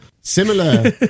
Similar